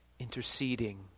interceding